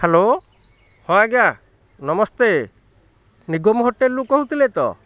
hello ହଁ ଆଜ୍ଞା ନମସ୍ତେ ନିଗମ ହୋଟେଲ୍ରୁ କହୁଥିଲେ ତ